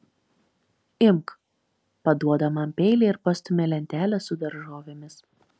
imk paduoda man peilį ir pastumia lentelę su daržovėmis